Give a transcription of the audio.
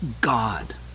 God